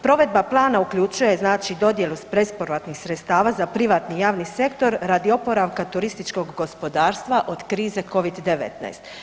Provedba plana uključuje znači dodjelu bespovratnih sredstava za privatni i javni sektor radi oporavka turističkog gospodarstva od krize Covid-19.